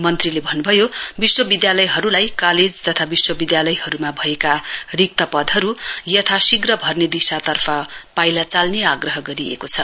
मन्त्रीले भन्नभयो विश्व विद्यालयहरूलाई कालेज तथा विश्वविद्यालयहरूमा भएका रिक्त पदहरू यथाशीघ्र भर्ने दिशातर्फ पाइला चाल्ने आग्रह गरिएको छ